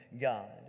God